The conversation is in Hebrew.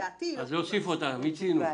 לדעתי היא לא כתובה מספיק ברור.